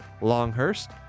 Longhurst